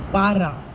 bar ah